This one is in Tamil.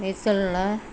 நீச்சலில்